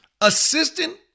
Assistant